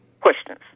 Questions